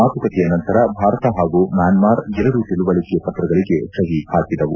ಮಾತುಕತೆಯ ನಂತರ ಭಾರತ ಹಾಗೂ ಮ್ಯಾನ್ಮಾರ್ ಎರಡು ತಿಳುವಳಿಕೆ ಪತ್ರಗಳಿಗೆ ಸಹಿ ಹಾಕಿದವು